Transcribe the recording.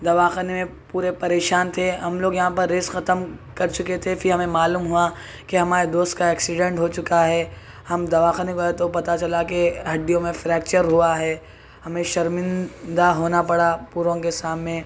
دواخانے میں پورے پریشان تھے ہم لوگ یہاں پر ریس ختم کر چکے تھے پھر ہمیں معلوم ہوا کہ ہمارے دوست کا ایکسیڈینٹ ہوچکا ہے ہم دواخانے گئے تو پتہ چلا کہ ہڈیوں میں فریکچر ہوا ہے ہمیں شرمندہ ہونا پڑا پوروں کے سامنے